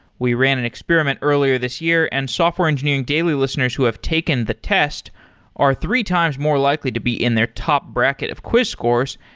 we ran an experiment earlier this year and software engineering daily listeners who have taken the test are three times more likely to be in their top bracket of quiz scores.